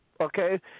okay